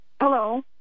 Hello